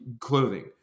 clothing